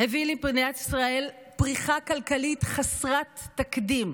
הביא למדינת ישראל פריחה כלכלית חסרת תקדים"